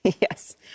Yes